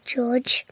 George